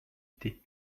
thé